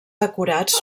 decorats